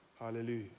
Hallelujah